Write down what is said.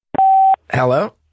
Hello